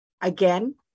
Again